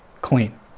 clean